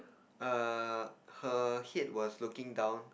err her head was looking down